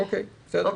אוקיי, בסדר.